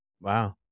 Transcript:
Wow